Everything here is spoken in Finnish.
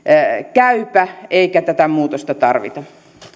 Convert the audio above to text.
käypä eikä tätä muutosta tarvita